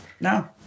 No